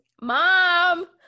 Mom